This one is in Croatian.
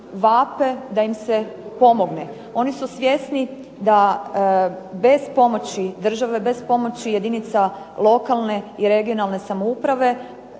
vape da im se pomogne. Oni su svjesni da bez pomoći države, bez pomoći jedinica lokalne i regionalne samouprave